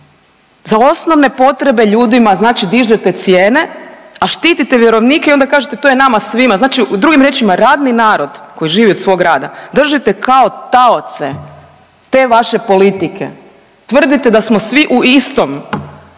za osnovne potrebe ljudima znači dižete cijene, a štitite vjerovnike i onda kažete to je nama svima, znači drugim riječima, radni narod koji živi od svog rada, držite kao taoce te vaše politike, tvrdite da smo svi u istom